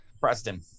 Preston